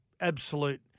absolute